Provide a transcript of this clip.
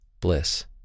bliss